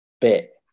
Bit